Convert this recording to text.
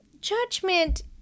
Judgment